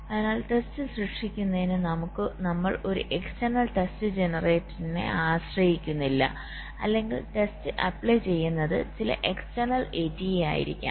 അതിനാൽ ടെസ്റ്റ് സൃഷ്ടിക്കുന്നതിന് നമ്മൾ ഒരു എക്സ്റ്റേനൽ ടെസ്റ്റ് ജനറേറ്ററിനെ ആശ്രയിക്കുന്നില്ല അല്ലെങ്കിൽ ടെസ്റ്റ് അപ്ലൈ ചെയ്യുന്നത് ചില എക്സ്റ്റേനൽATE ആയിരിക്കാം